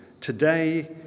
today